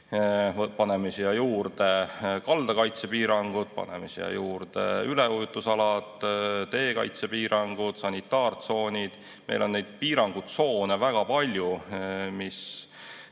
Paneme siia juurde kaldakaitsepiirangud, paneme siia juurde üleujutusalad, teekaitsepiirangud, sanitaartsoonid. Meil on neid piirangutsoone väga palju, mis